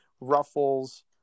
Ruffles